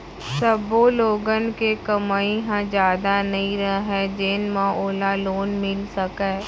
सब्बो लोगन के कमई ह जादा नइ रहय जेन म ओला लोन मिल सकय